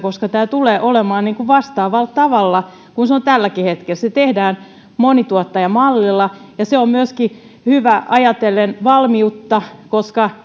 koska tämä tulee olemaan vastaavalla tavalla kuin se on tälläkin hetkellä se tehdään monituottajamallilla ja se on myöskin hyvä ajatellen valmiutta koska